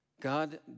God